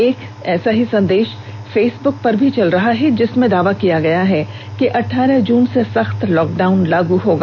एक ऐसा ही संदेश फेसबुक पर चल रहा है जिसमें दावा किया गया है कि अठारह जून से सख्त लॉकडाउन लागू होगा